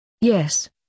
Yes